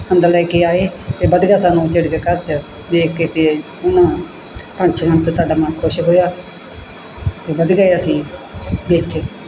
ਅੰਦਰ ਲੈ ਕੇ ਆਏ ਅਤੇ ਵਧੀਆ ਸਾਨੂੰ ਚਿੜੀਆਂ ਘਰ 'ਚ ਦੇਖ ਕੇ ਅਤੇ ਉਹਨਾਂ ਪੰਛੀਆਂ 'ਤੇ ਸਾਡਾ ਮਨ ਖੁਸ਼ ਹੋਇਆ ਅਤੇ ਵਧੀਆ ਹੀ ਅਸੀਂ ਵੇਖੇ